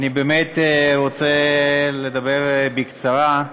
אני באמת רוצה לדבר בקצרה.